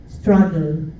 struggle